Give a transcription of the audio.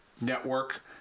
network